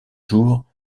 jour